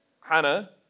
Hannah